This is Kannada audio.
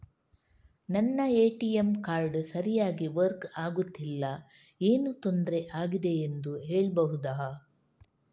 ನನ್ನ ಎ.ಟಿ.ಎಂ ಕಾರ್ಡ್ ಸರಿಯಾಗಿ ವರ್ಕ್ ಆಗುತ್ತಿಲ್ಲ, ಏನು ತೊಂದ್ರೆ ಆಗಿದೆಯೆಂದು ಹೇಳ್ಬಹುದಾ?